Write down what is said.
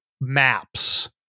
maps